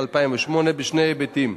בשני היבטים: